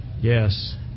Yes